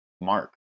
Mark